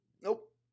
Nope